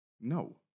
No